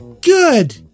Good